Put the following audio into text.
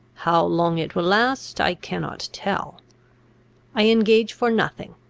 how long it will last, i cannot tell i engage for nothing.